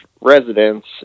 residents